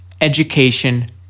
education